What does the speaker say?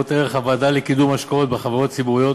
ערך הוועדה לקידום השקעות בחברות ציבוריות